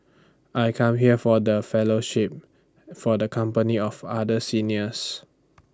I come here for the fellowship for the company of other seniors